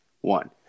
one